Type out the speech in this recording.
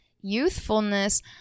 youthfulness